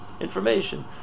Information